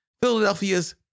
Philadelphia's